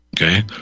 Okay